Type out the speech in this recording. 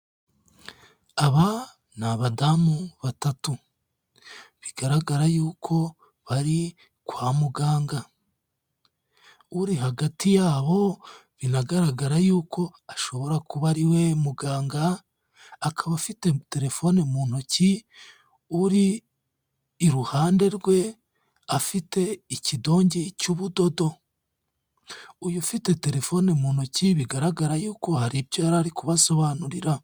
Aba ni abadamu batatu. Bigaragara yuko bari kwa muganga. Uri hagati yabo binagaragara yuko ashobora kuba ariwe muganga, akaba afite telefone mu ntoki, uri iruhande rwe afite ikidonge cy'ubudodo. Uyu ufite telefone mu ntoki bigaragara yuko hari ibyo yari ari kubasobanurira.